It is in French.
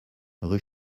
rue